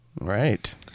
Right